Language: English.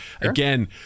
again